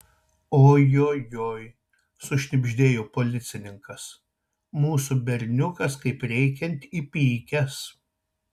ojojoi sušnibždėjo policininkas mūsų berniukas kaip reikiant įpykęs